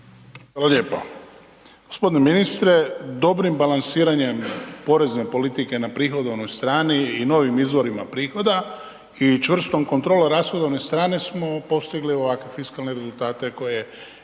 Hvala lijepa. Gospodine ministre dobrim balansiranjem porezne politike na prihodovnoj strani i novim izvorima prihoda i čvrstom kontrolom rashodovne strane smo postigli ovakve fiskalne rezultate koje